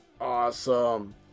Awesome